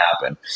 happen